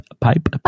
pipe